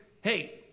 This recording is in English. hey